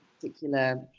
particular